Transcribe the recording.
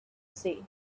sea